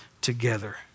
together